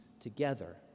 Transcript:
together